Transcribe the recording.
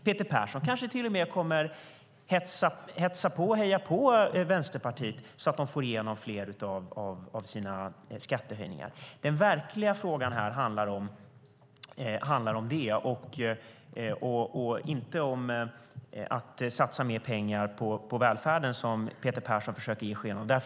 Peter Persson kanske till och med kommer att hetsa och heja på Vänsterpartiet så att de får igenom fler av sina skattehöjningar. Den verkliga frågan här handlar om det och inte om att satsa mer pengar på välfärden som Peter Persson försöker ge sken av.